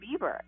Bieber